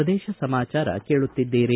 ಪ್ರದೇಶ ಸಮಾಚಾರ ಕೇಳುತ್ತಿದ್ದೀರಿ